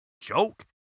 joke